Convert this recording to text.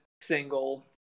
single